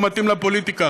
לא מתאים לפוליטיקה,